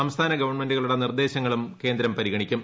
സംസ്ഥാന ഗവൺമെന്റുകളുടെ നിർദ്ദേശങ്ങളും കേന്ദ്രം പരിഗണിക്കും